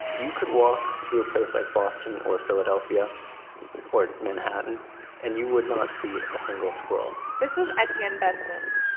you could walk through a place like boston or philadelphia or manhattan and you would not see a single squirrel this is etienne benson.